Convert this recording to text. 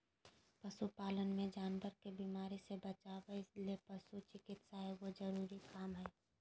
पशु पालन मे जानवर के बीमारी से बचावय ले पशु चिकित्सा एगो जरूरी काम हय